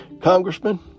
Congressman